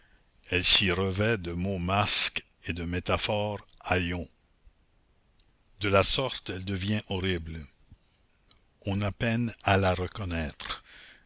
elle s'y revêt de mots masques et de métaphores haillons de la sorte elle devient horrible on a peine à la reconnaître